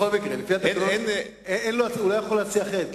להציע אחרת,